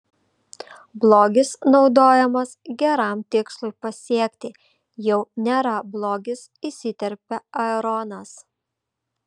blogis naudojamas geram tikslui pasiekti jau nėra blogis įsiterpė aaronas